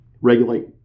regulate